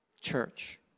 church